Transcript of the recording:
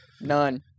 None